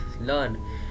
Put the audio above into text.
learn